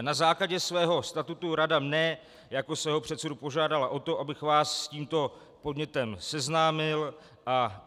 Na základě svého statutu rada mne jako svého předsedu požádala o to, abych vás s tímto podnětem seznámil a